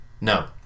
No